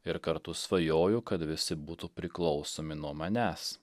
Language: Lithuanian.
ir kartu svajoju kad visi būtų priklausomi nuo manęs